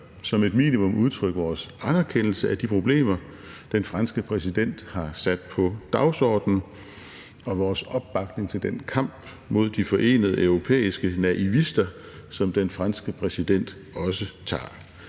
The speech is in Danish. som et minimum udtrykke vores anerkendelse af de problemer, den franske præsident har sat på dagsordenen, og vores opbakning til den kamp mod de forenede europæiske naivister, som den franske præsident også tager.